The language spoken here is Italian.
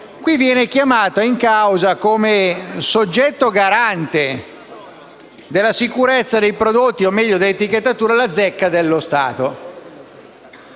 qui viene chiamata in causa, come soggetto garante della sicurezza dei prodotti o dell'etichettatura, la Zecca dello Stato.